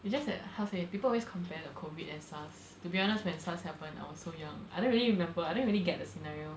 it's just that how to say people always compare COVID and SARS to be honest when SARS happened I was so young I don't really remember I don't really get the scenario